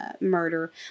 murder